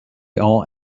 all